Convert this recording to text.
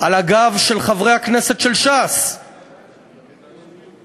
חברי חברי הכנסת, אני אצביע בעד